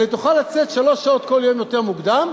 אלא היא תוכל לצאת שלוש שעות כל יום יותר מוקדם.